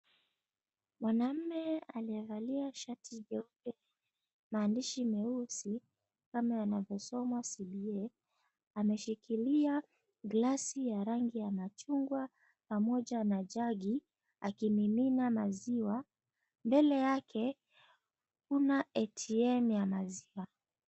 Mwanaume aliyevalia shati jeupe na maandishi meusi, kama yanavyosoma, CBA, ameshikilia glasi ya rangi ya machungwa, pamoja na jagi akimimina maziwa. Mbele yake kuna ATM ya maziwa.